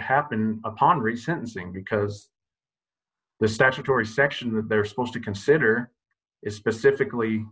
happen upon resentencing because the statutory section that they're supposed to consider is specifically